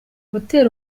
hotel